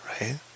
right